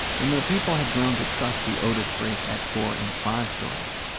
you know people had grown to trust the otis break at four and five stories,